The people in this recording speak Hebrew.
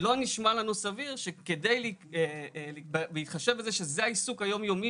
לא נשמע לנו סביר שבהתחשב בזה שזה העיסוק היומיומי